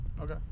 Okay